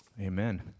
Amen